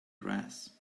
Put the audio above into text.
grass